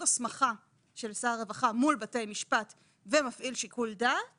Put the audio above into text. הסמכה של שר הרווחה מול בתי המשפט ומפעיל שיקול דעת